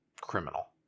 criminal